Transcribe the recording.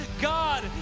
God